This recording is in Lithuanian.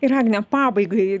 ir agne pabaigai